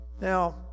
Now